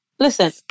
Listen